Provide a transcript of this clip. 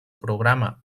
programa